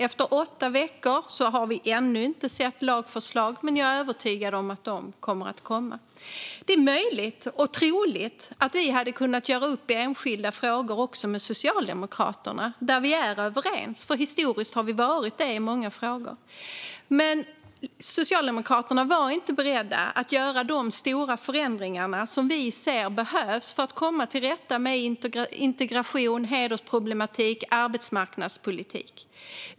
Efter åtta veckor har vi ännu inte sett lagförslag, men jag är övertygad om att de kommer att komma. Det är möjligt och troligt att vi hade kunnat göra upp i enskilda frågor också med Socialdemokraterna, där vi är överens, för historiskt har vi varit överens i många frågor. Men Socialdemokraterna var inte beredda att göra de stora förändringar som vi anser behöver göras för att man ska komma till rätta med integration, hedersproblematik och arbetsmarknadspolitik.